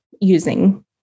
using